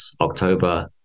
October